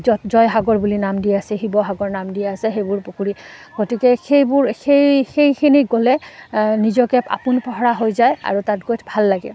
জ জয়সাগৰ বুলি নাম দি আছে শিৱসাগৰ নাম দি আছে সেইবোৰ পুখুৰী গতিকে সেইবোৰ সেই সেইখিনি গ'লে নিজকে আপোন পাহৰা হৈ যায় আৰু তাত গৈ ভাল লাগে